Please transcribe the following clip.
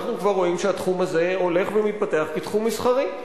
אנחנו כבר רואים שהתחום הזה הולך ומתפתח כתחום מסחרי.